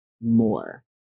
more